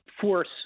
Force